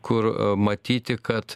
kur matyti kad